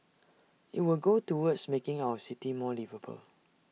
IT will go towards making our city more liveable